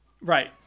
right